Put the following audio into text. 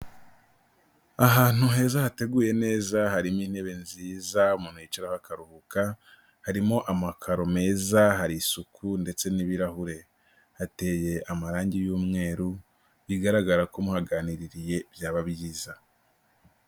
Ahantu heza hateguye neza, harimo intebe nziza umuntu yicaraho akaruhuka, harimo amakaro meza, hari isuku ndetse n'ibirahure. Hateye amarange y'umweru, bigaragara ko muhaganiririye byaba byiza.